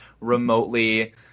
remotely